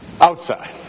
outside